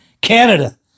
Canada